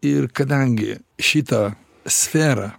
ir kadangi šitą sferą